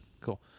Cool